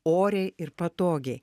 oriai ir patogiai